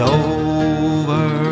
over